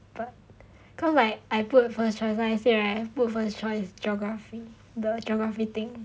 but cause like I put first choice honestly I put right geography the geography thing